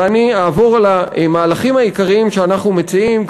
ואני אעבור על המהלכים העיקריים שאנחנו מציעים,